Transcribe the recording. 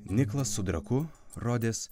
niklas su draku rodės